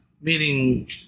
Meaning